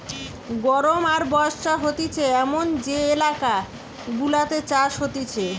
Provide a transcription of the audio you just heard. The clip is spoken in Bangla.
গরম আর বর্ষা হতিছে এমন যে এলাকা গুলাতে চাষ হতিছে